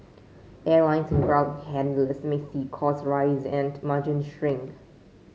airlines and ground handlers may see costs rise and margins shrink